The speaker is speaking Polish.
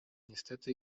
niestety